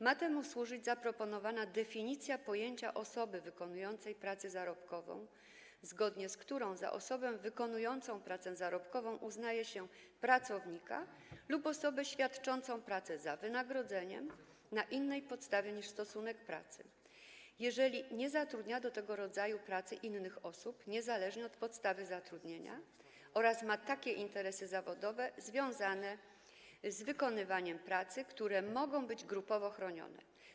Ma temu służyć zaproponowana definicja pojęcia osoby wykonującej pracę zarobkową, zgodnie z którą za osobę wykonującą pracę zarobkową uznaje się pracownika lub osobę świadczącą pracę za wynagrodzeniem na innej podstawie niż stosunek pracy, jeżeli nie zatrudnia do tego rodzaju pracy innych osób, niezależnie od podstawy zatrudnienia, oraz ma takie interesy zawodowe związane z wykonywaniem pracy, które mogą być grupowo chronione.